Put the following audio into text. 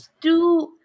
do-